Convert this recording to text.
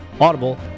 Audible